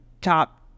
top